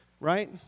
Right